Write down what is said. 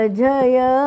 jaya